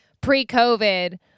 pre-COVID